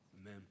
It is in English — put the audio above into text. Amen